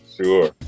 Sure